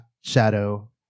shadow